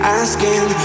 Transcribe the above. asking